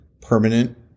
permanent